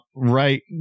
Right